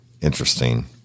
Interesting